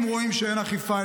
אם רואים שאין אכיפה,